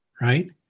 right